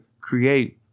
create